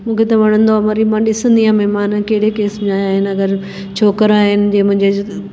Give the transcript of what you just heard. मूंखे त वणंदो आहे वरी मां ॾिसंदी आं महिमान कहिड़े क़िस्म जा आया आहिनि अगरि छोकिरा आहिनि जे मुंहिंजे